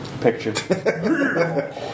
picture